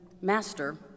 Master